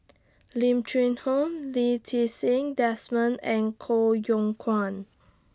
Lim Cheng Hoe Lee Ti Seng Desmond and Koh Yong Guan